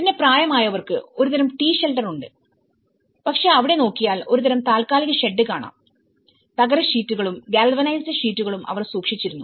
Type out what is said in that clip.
പിന്നെ പ്രായമായവർക്ക് ഒരുതരം t ഷെൽട്ടർ ഉണ്ട് പക്ഷേ അവിടെ നോക്കിയാൽ ഒരുതരം താൽക്കാലിക ഷെഡ് കാണാം തകര ഷീറ്റുകളും ഗാൽവനൈസ്ഡ് ഷീറ്റുകളും അവർ സൂക്ഷിച്ചിരുന്നു